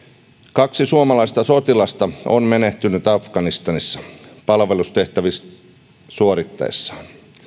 kaksi suomalaista sotilasta on menehtynyt afganistanissa palvelustehtäviä suorittaessaan